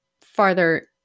farther